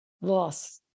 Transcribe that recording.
loss